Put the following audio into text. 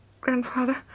Grandfather